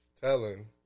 telling